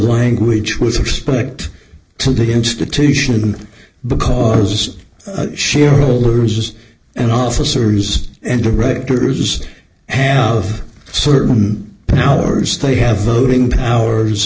language with respect to the institution because shareholders and officers and directors have certain powers they have voting powers